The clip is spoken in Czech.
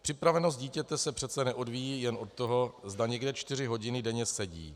Připravenost dítěte se přece neodvíjí jen od toho, zda někde čtyři hodiny denně sedí.